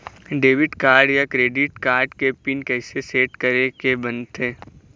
Debit card या credit card के pin कइसे सेट करे के बनते?